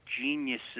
geniuses